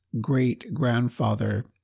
great-grandfather